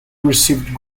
received